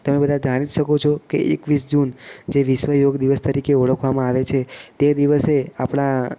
તમે બધા જાણી જ શકો છો કે એકવીસ જૂન જે વિશ્વ યોગ દિવસ તરીકે ઓળખવામાં આવે છે તે દિવસે આપણા